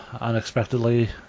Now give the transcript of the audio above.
unexpectedly